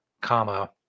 Comma